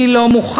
מי לא מוכן,